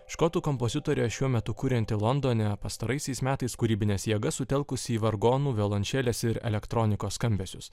škotų kompozitorė šiuo metu kurianti londone pastaraisiais metais kūrybines jėgas sutelkusi į vargonų violončelės ir elektronikos skambesius